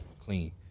Clean